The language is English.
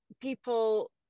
people